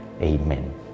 Amen